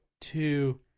Two